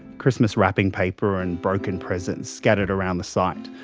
christmas wrapping paper and broken presents scattered around the site.